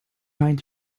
trying